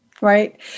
Right